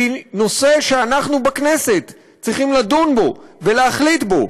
והיא נושא שאנחנו בכנסת צריכים לדון בו ולהחליט בו,